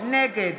נגד